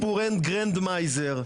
אדוני, אתה מספר סיפורי "גריינדמייזר".